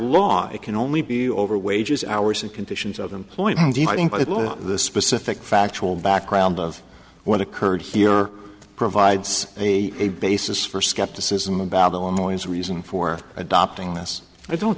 law it can only be over wages hours and conditions of employment law the specific factual background of what occurred here provides a a basis for skepticism about illinois reason for adopting this i don't